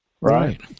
Right